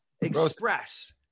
express